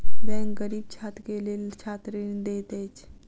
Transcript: bank गरीब छात्र के लेल छात्र ऋण दैत अछि